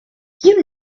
you